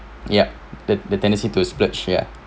yup the the tendency to splurge ya